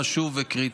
חשוב וקריטי.